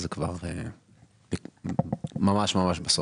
זה ממש ממש בסוף.